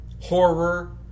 Horror